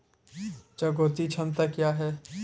चुकौती क्षमता क्या है?